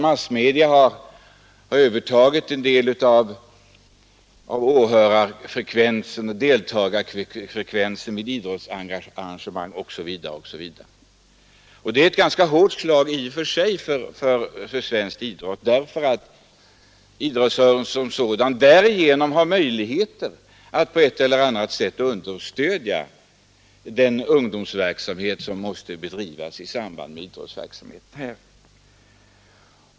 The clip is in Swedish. Massmedia har övertagit en del av åskådarna vid idrottsarrangemang osv., och det är ett ganska hårt slag i och för sig för svensk idrott, därför att idrottsrörelsen som sådan genom vad den fått in från åskådarna haft möjligheter att på ett eller annat sätt understödja den ungdomsverksamhet som måste bedrivas i samband med idrottsverksamheten.